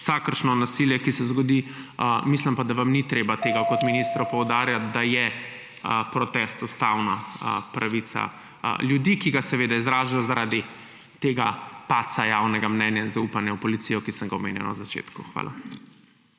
vsakršno nasilje, ki se zgodi, mislim pa, da vam kot ministru ni treba poudarjati tega, da je protest ustavna pravica ljudi in ga seveda izražajo zaradi padca javnega mnenja in zaupanja v policijo, ki sem ga omenjal na začetku. Hvala.